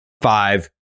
five